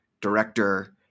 director